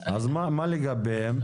מה לגביהם?